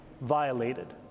violated